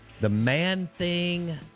TheManThing